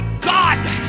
God